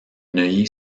neuilly